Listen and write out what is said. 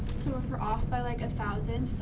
so if you're off by like a thousand,